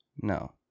No